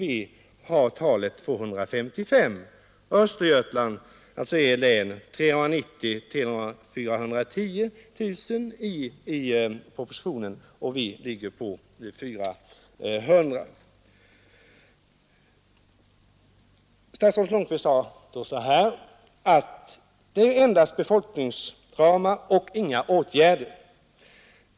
Vi har angivit ramen 255 000. I Östergötland, alltså E-län, är siffrorna i propositionen 390 000-410 000, medan vi anger 400 000. Statsrådet Lundkvist sade då att detta endast är befolkningsramar och inte förslag till åtgärder.